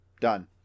done